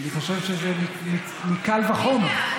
אני חושב שזה מקל וחומר,